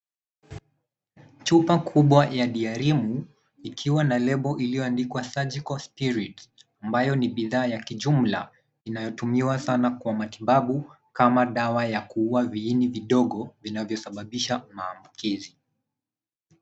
Chupa kubwa ya diarimu ikiwa na lebo iliyoandikwa surgical spirit ambayo ni bidhaa ya kijumla inayotumiwa sana kwa matibabu kama dawa ya kuua viini vidogo vinavyosababisha maambukizi.